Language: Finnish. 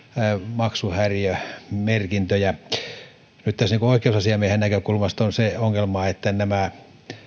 maksuhäiriömerkintöjä nyt tässä oikeusasiamiehen näkökulmasta on se ongelma että nämä